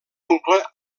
oncle